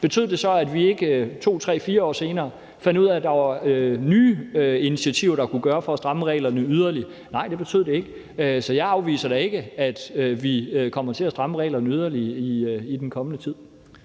betød det så, at vi ikke 2, 3, 4 år senere fandt ud af, at der var nye initiativer, der kunne tages for at stramme reglerne yderligere? Nej, det betød det ikke. Så jeg afviser da ikke, at vi kommer til at stramme reglerne yderligere i den kommende tid.